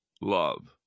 love